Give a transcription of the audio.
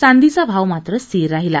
चांदीचा भाव मात्र स्थिर राहिला